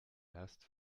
erst